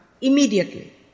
immediately